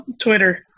Twitter